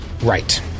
Right